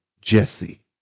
Jesse